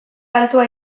altua